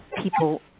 people